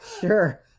Sure